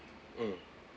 mm